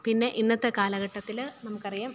പിന്നെ ഇന്നത്തെ കാലഘട്ടത്തിൽ നമുക്കറിയാം